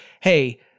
hey